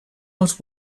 els